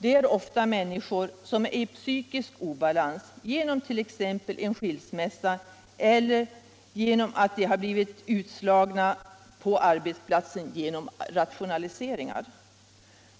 är ofta sådana människor som är i psykisk obalans t.ex. efter en skilsmässa eller därför att de blivit utslagna på arbetsplatsen genom rationaliseringar.